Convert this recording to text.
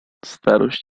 starość